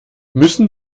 müssen